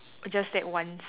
just that once